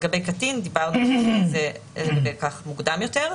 לגבי קטין דיברנו על כך מוקדם יותר.